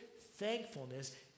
thankfulness